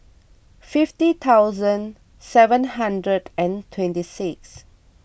fifty thousand seven hundred and twenty six